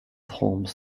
holmes